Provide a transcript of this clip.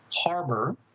harbor